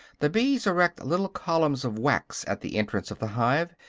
the bees erect little columns of wax at the entrance of the hive,